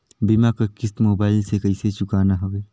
बीमा कर किस्त मोबाइल से कइसे चुकाना हवे